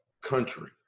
country